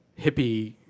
hippie